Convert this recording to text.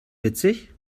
witzig